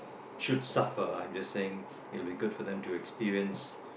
should suffer I'm just saying it would be good for them to experience